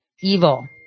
evil